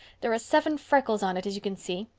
there are seven freckles on it, as you can see.